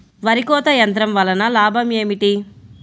వరి కోత యంత్రం వలన లాభం ఏమిటి?